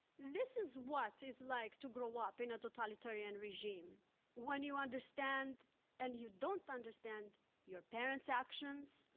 this is what is like to grow up in a totalitarian regime when you understand and you don't understand your parents' actions,